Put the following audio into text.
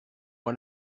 moi